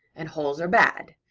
and holes are bad.